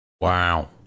wow